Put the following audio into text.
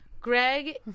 Greg